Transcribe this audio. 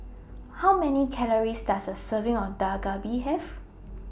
How Many Calories Does A Serving of Dak Galbi Have